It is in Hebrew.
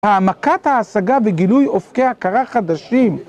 העמקת ההשגה וגילוי אופקי הכרה חדשים.